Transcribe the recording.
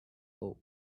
bulk